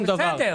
שום דבר.